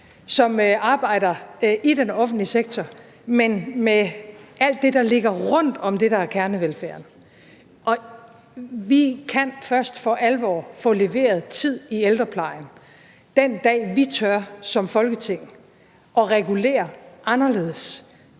som arbejder i den offentlige sektor, men arbejder med alt det, der ligger rundt om det, der er kernevelfærden. Og vi kan først for alvor få leveret tid i ældreplejen den dag, vi som Folketing tør at regulere anderledes